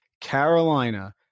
Carolina